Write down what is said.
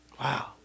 Wow